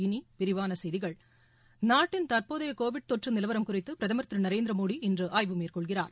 இனி விரிவான செய்திகள் நாட்டின் தற்போதைய கோவிட் தொற்று நிலவரம் குறித்து பிரதமர் திரு நரேந்திர மோடி இன்று ஆய்வு மேற்கொள்கிறார்